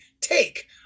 take